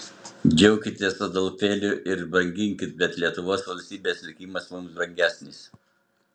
džiaukitės adolfėliu ir branginkit bet lietuvos valstybės likimas mums brangesnis